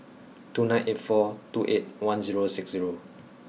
two nine eight four two eight one zero six zero